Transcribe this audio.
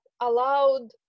allowed